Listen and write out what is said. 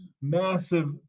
massive